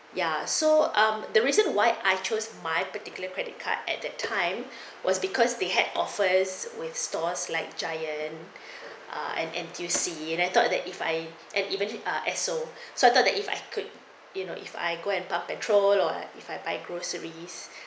ya so um the reason why I chose my particular credit card at that time was because they had affairs with stores like giant ah and N_T_U_C and I thought that if I and even a es so so I thought that if I could you know if I go and pump petrol or if I buy groceries